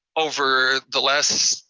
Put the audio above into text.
over the last